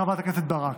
חברת הכנסת ברק,